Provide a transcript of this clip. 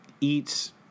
eats –